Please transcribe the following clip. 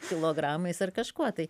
kilogramais ar kažkuo tai